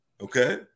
okay